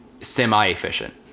semi-efficient